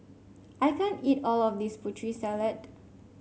I can't eat all of this Putri Salad